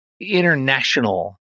international